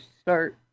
start